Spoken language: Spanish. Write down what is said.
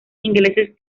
ingleses